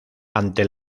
ante